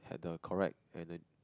had the correct ener~